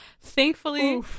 Thankfully